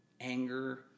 anger